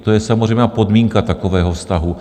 To je samozřejmá podmínka takového vztahu.